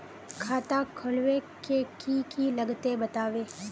खाता खोलवे के की की लगते बतावे?